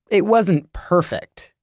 it wasn't perfect.